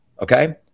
okay